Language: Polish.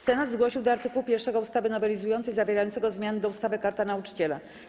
Senat zgłosił do art. 1 ustawy nowelizującej zawierającego zmiany do ustawy - Karta Nauczyciela.